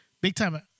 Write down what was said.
big-time